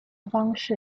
方式